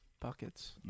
Buckets